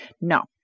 No